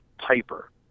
Piper